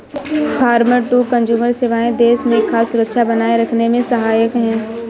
farmer to consumer सेवाएं देश में खाद्य सुरक्षा बनाए रखने में सहायक है